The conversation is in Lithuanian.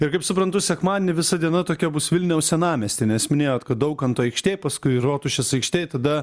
ir kaip suprantu sekmadienį visa diena tokia bus vilniaus senamiesty nes minėjot kad daukanto aikštėj paskui rotušės aikštėj tada